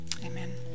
Amen